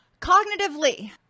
cognitively